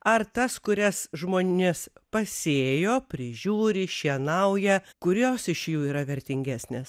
ar tas kurias žmonės pasėjo prižiūri šienauja kurios iš jų yra vertingesnės